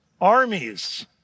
Armies